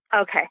Okay